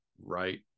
Right